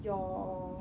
your